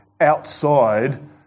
outside